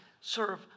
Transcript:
serve